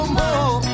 more